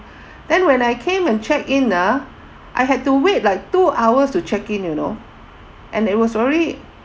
then when I came and check in ah I had to wait like two hours to check in you know and it was already